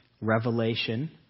Revelation